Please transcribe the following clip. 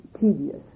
tedious